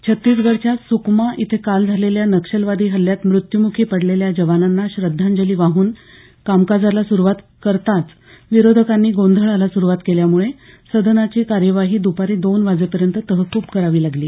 छ्तीसगडच्या सुकमा इथे काल झालेल्या नक्षलवादी हल्ल्यात मृत्युमुखी पडलेल्या जवानांना श्रद्धांजली वाहन कामकाजाला सुरुवात करताच विरोधकांनी गोंधळाला सुरुवात केल्यामुळे सदनाची कार्यवाही दुपारी दोन वाजेपर्यंत तहकूब करावी लागली